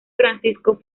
francisco